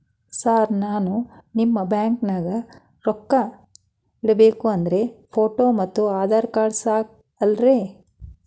Sir ನಾನು ನಿಮ್ಮ ಬ್ಯಾಂಕನಾಗ ರೊಕ್ಕ ಇಡಬೇಕು ಅಂದ್ರೇ ಫೋಟೋ ಮತ್ತು ಆಧಾರ್ ಕಾರ್ಡ್ ಸಾಕ ಅಲ್ಲರೇ?